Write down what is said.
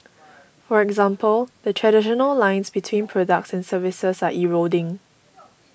for example the traditional lines between products and services are eroding